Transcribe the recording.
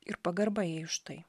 ir pagarba jai už tai